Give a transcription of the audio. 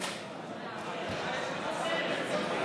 מצביע עופר כסיף,